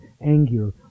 anger